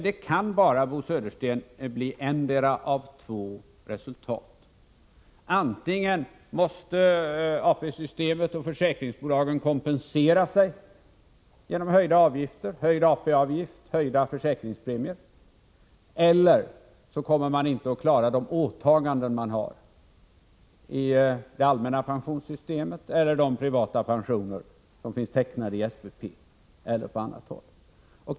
Det kan, Bo Södersten, bara bli ettdera av två resultat: antingen måste ATP-systemet och försäkringsbolagen kompensera sig genom höjda ATP-avgifter och höjda försäkringspremier eller också kommer man inte att klara de åtaganden man har i det allmänna pensionssystemet eller när det gäller de privata pensioner som är tecknade i SPP eller på annat håll.